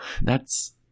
thats